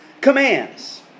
commands